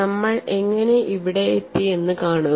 നമ്മൾ എങ്ങനെ ഇവിടെ എത്തി എന്ന് കാണുക